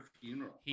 funeral